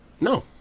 No